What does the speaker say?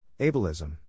Ableism